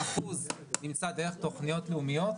1% נמצא דרך תוכניות לאומיות,